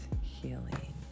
healing